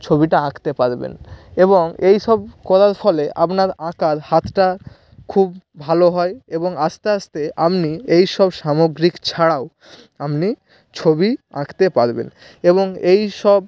ছবিটা আঁকতে পারবেন এবং এইসব করার ফলে আপনার আঁকার হাতটা খুব ভালো হয় এবং আস্তে আস্তে আমনি এই সব সামগ্রিক ছাড়াও আপনি ছবি আঁকতে পারবেন এবং এই সব